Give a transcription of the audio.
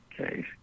Okay